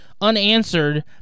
unanswered